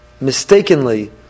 mistakenly